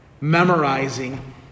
memorizing